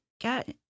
get